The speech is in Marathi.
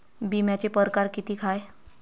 बिम्याचे परकार कितीक हाय?